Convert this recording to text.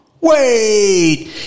Wait